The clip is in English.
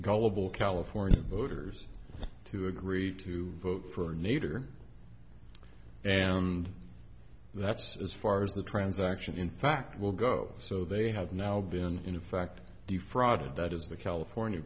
gullible california voters to agree to vote for nader and that's as far as the transaction in fact will go so they have now been in effect defrauded that is the california